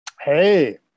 hey